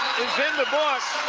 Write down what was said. is in the books.